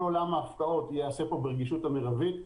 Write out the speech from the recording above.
כל עולם ההפקעות ייעשה פה ברגישות המרבית,